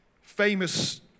Famous